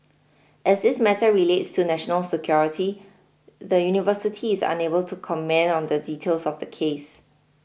as this matter relates to national security the university is unable to comment on the details of the case